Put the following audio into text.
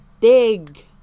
big